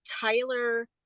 Tyler